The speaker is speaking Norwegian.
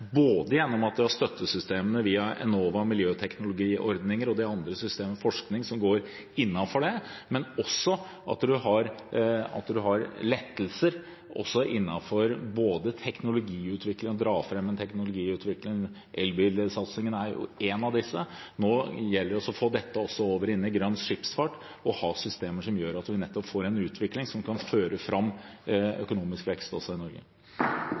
gjennom at vi har støttesystemer via Enova, miljøteknologiordninger og de andre systemene, og forskning som går innenfor det, men også at man har lettelser innenfor teknologiutvikling, dra fram en teknologiutvikling, og elbilsatsingen er en av disse. Nå gjelder det å få dette også over i grønn skipsfart og ha systemer som gjør at man nettopp kan få en utvikling som kan føre fram økonomisk vekst også i Norge.